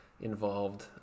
involved